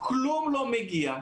כלום לא מגיע.